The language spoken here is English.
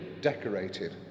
decorated